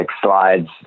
slides